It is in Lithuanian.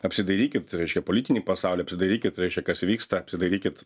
apsidairykit reiškia politinį pasaulį apsidairykit reiškia kas vyksta apsidairykit